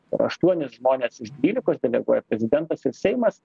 tai yra aštuonis žmones iš dvylikos deleguoja prezidentas ir seimas